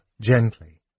gently